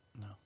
No